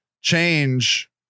change